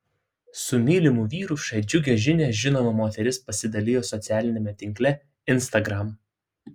su mylimu vyru šia džiugia žinia žinoma moteris pasidalijo socialiniame tinkle instagram